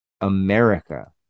america